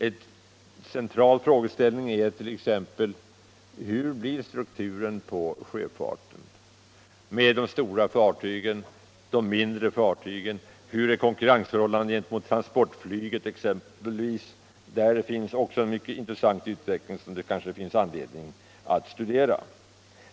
En central frågeställning är t.ex.: Hur blir strukturen på sjöfarten med avseende på stora och mindre fartyg? En mycket intressant utveckling som det kanske också finns anledning att studera är konkurrensförhållandet gentemot transportflyget.